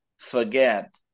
forget